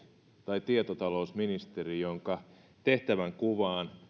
tai tietotalousministeri jonka tehtävänkuvaan